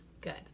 good